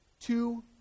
Two